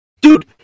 Dude